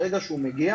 ברגע שהוא מגיע,